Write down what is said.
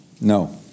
No